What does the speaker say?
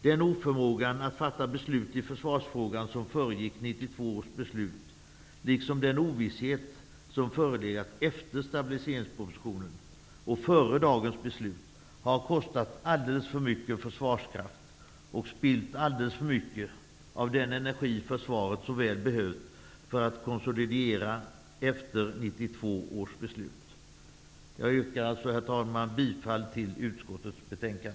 Den oförmåga att fatta beslut i försvarsfrågan som föregick 1992 års beslut liksom den ovisshet som förelegat efter stabiliseringspropositionen och före dagens beslut, har kostat alldeles för mycket försvarskraft och spillt alldeles för mycket av den energi försvaret så väl behövt för att konsolidieras efter 1992 års beslut. Herr talman! Jag yrkar bifall till utskottets hemställan.